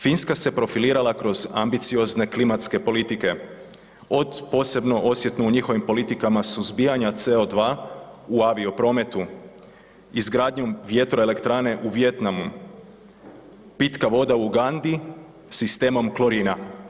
Finska se profilirala kroz ambiciozne klimatske politike, od posebno osjetno u njihovim politikama suzbijanja CO2 u avioprometu, izgradnjom vjetroelektrane u Vijetnamu, pitka voda u Ugandi sistemom klorina.